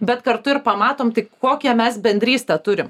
bet kartu ir pamatom tai kokią mes bendrystę turim